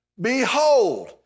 behold